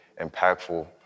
impactful